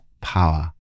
power